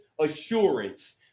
assurance